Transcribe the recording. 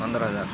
ପନ୍ଦର ହଜାର